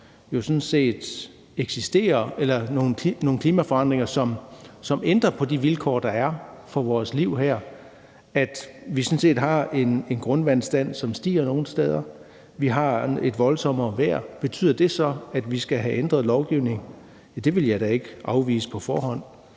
jo sådan set eksisterer, og nogle klimaforandringer, som ændrer på de vilkår, der er for vores liv her, og at vi har en grundvandsstand, som nogle steder stiger, og at vi har et voldsommere vejr? Betyder det så, at vi skal have ændret lovgivningen? Ja, det vil jeg da ikke afvise på forhånd.